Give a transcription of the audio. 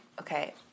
okay